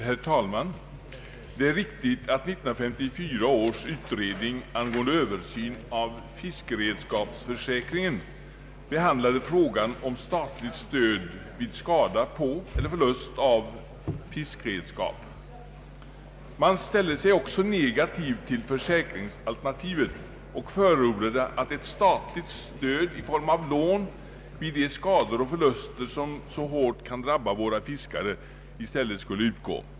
Herr talman! Det är riktigt att 1954 års utredning angående en översyn av fiskredskapsförsäkringen behandlade frågan om statligt stöd vid skada på eller förlust av fiskredskap. Man ställde sig också negativ till försäkringsal Nr 19 143 ternativet och förordade att ett statligt stöd i form av lån vid de skador och förluster som så hårt kan drabba våra fiskare skulle utgå i stället.